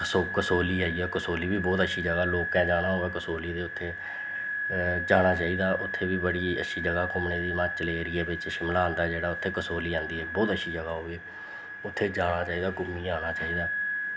कस कसोली आई जाओ कसोली बी बोह्त अच्छी जगह् लोकें जाना होऐ कसोली ते उत्थें जाना चाहिदा उत्थें बी बड़ी अच्छी जगह् घूमने गी म्हाचल ऐरिये बिच्च शिमला आंदा जेह्ड़ा उत्थें कसोली आंदी बोह्त अच्छी जगह् ओह् बी उत्थें जाना चाहिदा घूमियै आना चाहिदा